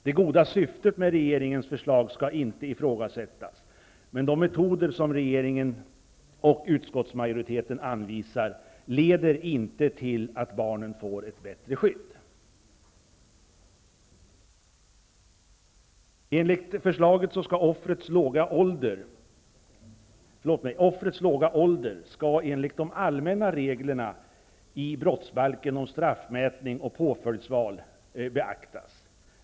Det goda syftet med regeringens förslag skall inte ifrågasättas, men de metoder som regeringen och utskottsmajoriteten anvisar leder inte till att barnen får ett bättre skydd. Offrets låga ålder skall enligt de allmänna reglerna i brottsbalken om straffmätning och påföljdsval beaktas.